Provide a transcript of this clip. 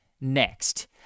next